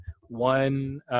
one